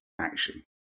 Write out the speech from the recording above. action